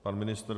Pan ministr.